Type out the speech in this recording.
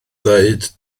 ddweud